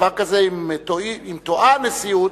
אם בדבר כזה טועה הנשיאות,